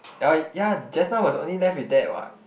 uh yeah just now was only left with that [what]